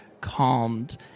calmed